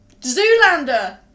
Zoolander